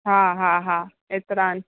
हा हा हा एतिरा आहिनि